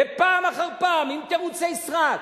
ופעם אחר פעם, עם תירוצי סרק,